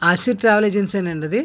acid travel agency ఏ నా అండి అది